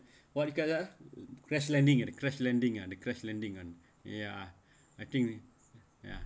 what it call ah crash landing ah the crash landing the crash landing ah ya I think ya